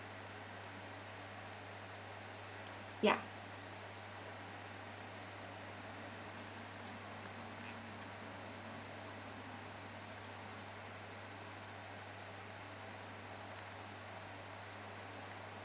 ya